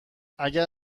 اگه